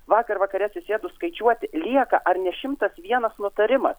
vakar vakare susėdus skaičiuoti lieka ar ne šimtas vienas nutarimas